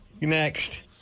Next